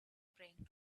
praying